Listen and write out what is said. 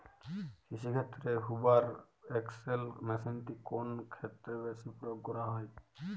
কৃষিক্ষেত্রে Hoover XL মেশিনটি কোন ক্ষেত্রে বেশি প্রয়োগ করা হয়?